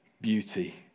beauty